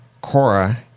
cora